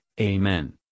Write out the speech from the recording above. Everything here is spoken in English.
Amen